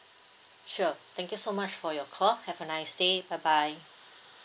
sure thank you so much for your call have a nice day bye bye